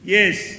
Yes